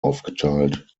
aufgeteilt